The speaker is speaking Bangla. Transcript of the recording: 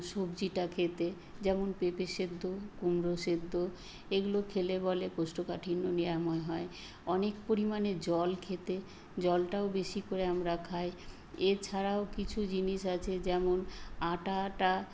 সবজিটা খেতে যেমন পেঁপে সেদ্ধ কুমড়ো সেদ্ধ এগুলো খেলে বলে কোষ্ঠকাঠিন্য নিরাময় হয় অনেক পরিমাণে জল খেতে জলটাও বেশি করে আমরা খায় এছাড়াও কিছু জিনিস আছে যেমন আটাটা